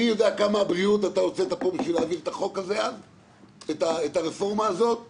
אני יודע כמה בריאות אתה הוצאת פה בשביל להעביר את הרפורמה הזאת אז,